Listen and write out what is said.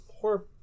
poor